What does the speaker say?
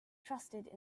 trusted